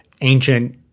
ancient